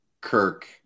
Kirk